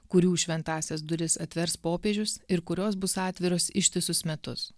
kurių šventąsias duris atvers popiežius ir kurios bus atviros ištisus metus